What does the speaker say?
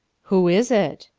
who is it?